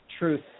truth